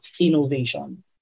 innovation